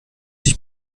sich